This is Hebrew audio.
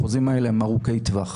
החוזים האלה הם ארוכי טווח.